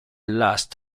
last